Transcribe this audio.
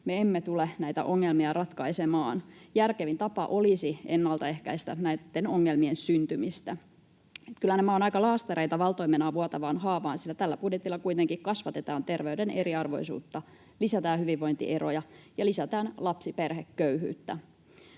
me emme tule näitä ongelmia ratkaisemaan. Järkevin tapa olisi ennaltaehkäistä näitten ongelmien syntymistä. Kyllä nämä ovat aika laastareita valtoimenaan vuotavaan haavaan, sillä tällä budjetilla kuitenkin kasvatetaan terveyden eriarvoisuutta, lisätään hyvinvointieroja ja lisätään lapsiperheköyhyyttä.